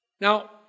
Now